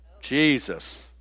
Jesus